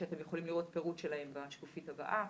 שאתם יכולים לראות פירוט שלהם בשקופית הבאה.